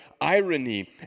Irony